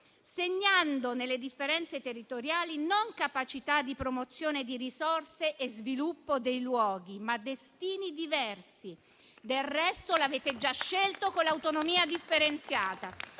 segnando nelle differenze territoriali non capacità di promozione di risorse e sviluppo dei luoghi, ma destini diversi. Del resto, l'avete già scelto con l'autonomia differenziata.